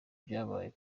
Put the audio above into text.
byabaye